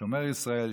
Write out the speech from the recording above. שומר ישראל,